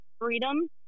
freedom